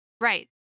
Right